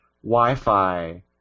Wi-Fi